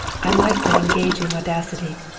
i liked that engaging audacity.